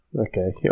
Okay